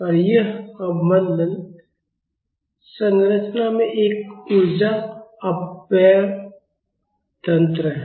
और यह अवमंदन संरचना में एक ऊर्जा अपव्यय तंत्र है